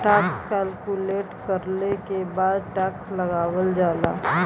tax calculate करले के बाद टैक्स लगावल जाला